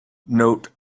note